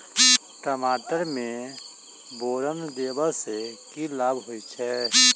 टमाटर मे बोरन देबा सँ की लाभ होइ छैय?